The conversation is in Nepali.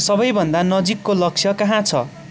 सबैभन्दा नजिकको लक्ष्य कहाँ छ